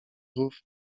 rów